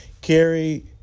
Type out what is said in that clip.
Carrie